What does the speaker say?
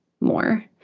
more